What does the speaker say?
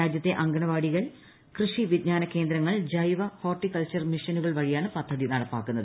രാജ്യത്തെ അംഗൻവാടികൾ കൃഷി വിജ്ഞാന കേന്ദ്രങ്ങൾ ജൈവ ഹോർട്ടികൾച്ചർ മിഷനുകൾ വഴിയാണ് പദ്ധതി നടപ്പാക്കുന്നത്